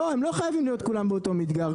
לא הם לא חייבים להיות כולם באות ומדגר.